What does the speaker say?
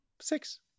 six